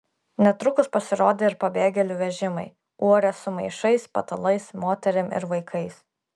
netrukus pasirodė ir pabėgėlių vežimai uorės su maišais patalais moterim ir vaikais